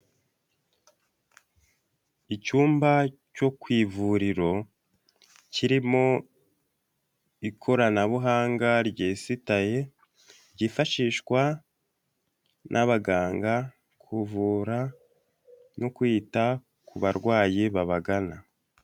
Icyumba cyo ku ivuriro kirimo ikoranabuhanga ryesitaye ryifashishwa n'abaganga kuvura no kwita ku barwayi babagana.